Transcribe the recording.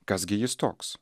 kas gi jis toks